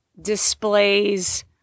displays